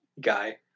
guy